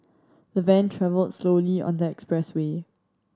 the van travelled slowly on the expressway